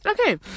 Okay